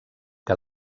que